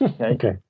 Okay